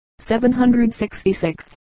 766